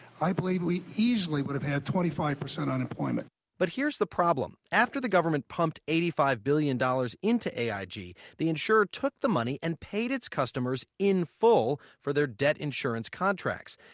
i believe we easily would have had twenty five percent unemployment but here's the problem. after the government pumped eighty five billion dollars into aig, the insurer took the money and paid its customers in full for their debt-insurance contracts.